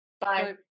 Bye